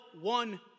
one